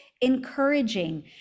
encouraging